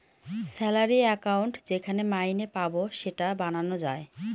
salary account যেখানে মাইনে পাবো সেটা বানানো যায়